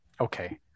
okay